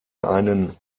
einen